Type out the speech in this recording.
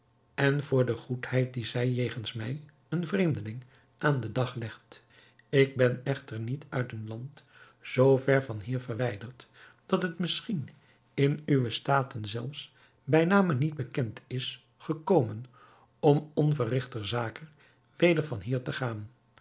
en voor de goedheid die zij jegens mij een vreemdeling aan den dag legt ik ben echter niet uit een land zoo ver van hier verwijderd dat het misschien in uwe staten zelfs bij name niet bekend is gekomen om onverrigter zake weder van hier te gaan